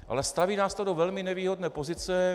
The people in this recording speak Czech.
Ale staví nás to do velmi nevýhodné pozice.